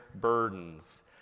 burdens